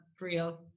real